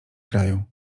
kraju